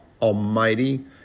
Almighty